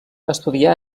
estudià